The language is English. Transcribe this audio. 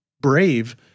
brave